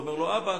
ואומר לו: אבא,